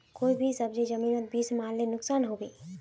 कोई भी सब्जी जमिनोत बीस मरले नुकसान होबे?